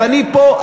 ואני פה,